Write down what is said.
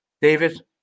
David